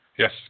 Yes